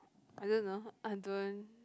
I don't know I don't